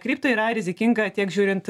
kripto yra rizikinga tiek žiūrint